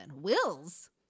Wills